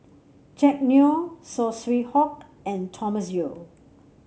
Jack Neo Saw Swee Hock and Thomas Yeo